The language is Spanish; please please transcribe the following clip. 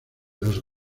los